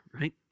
right